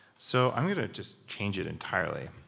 so i'm going to just change it entirely.